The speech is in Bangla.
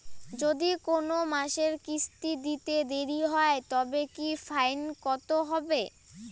যদি কোন মাসে কিস্তি দিতে দেরি হয় তবে কি ফাইন কতহবে?